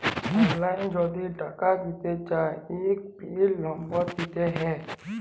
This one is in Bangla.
অললাইল যদি টাকা দিতে চায় ইক পিল লম্বর দিতে হ্যয়